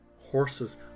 horses